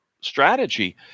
strategy